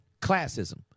Classism